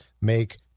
make